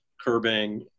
curbing